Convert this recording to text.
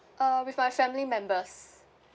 uh with my family members